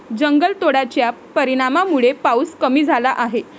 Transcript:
जंगलतोडाच्या परिणामामुळे पाऊस कमी झाला आहे